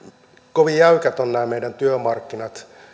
kovin jäykät ovat nämä meidän työmarkkinat